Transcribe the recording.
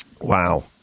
Wow